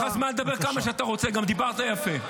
יש לך זמן לדבר כמה שאתה רוצה, גם דיברת יפה.